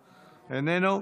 איננו,